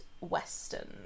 western